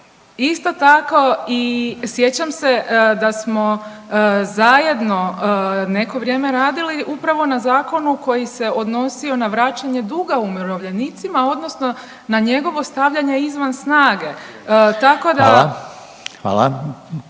isto tako i sjećam se da smo zajedno neko vrijeme radili upravo na zakonu koji se odnosio na vraćanje duga umirovljenicima odnosno na njegovo stavljanje izvan snage. Tako